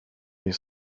ich